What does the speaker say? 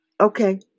Okay